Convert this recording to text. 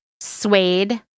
Suede